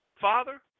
Father